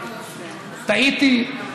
טעיתי,